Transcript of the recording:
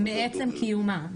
-- מעצם קיומה.